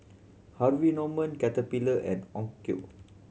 Harvey Norman Caterpillar and Onkyo